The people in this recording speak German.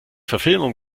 verfilmung